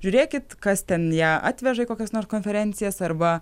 žiūrėkit kas ten ją atveža į kokias nors konferencijas arba